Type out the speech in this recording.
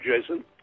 Jason